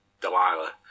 Delilah